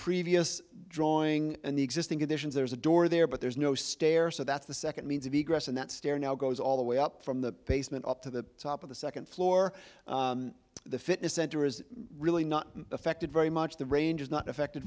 previous drawing and the existing conditions there's a door there but there's no stairs so that's the second means of and that stair now goes all the way up from the basement up to the top of the second floor the fitness center is really not affected very much the range is not affected